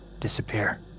disappear